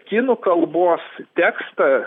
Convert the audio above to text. kinų kalbos tekstą